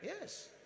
Yes